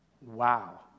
Wow